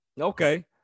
Okay